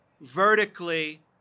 vertically